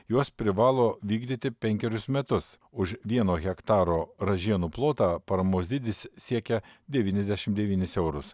juos privalo vykdyti penkerius metus už vieno hektaro ražienų plotą paramos dydis siekia devyniasdešimt devynis eurus